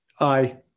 Aye